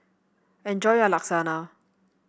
enjoy your Lasagna